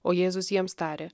o jėzus jiems tarė